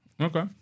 okay